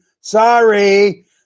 Sorry